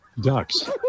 ducks